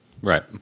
right